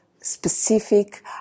specific